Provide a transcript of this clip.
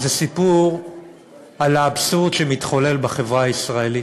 זה סיפור על האבסורד שמתחולל בחברה הישראלית.